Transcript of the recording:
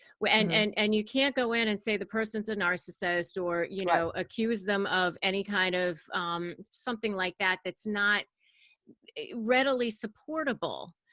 and and you can't go in and say the person's a narcissist, or you know accuse them of any kind of something like that that's not readily supportable.